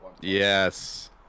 Yes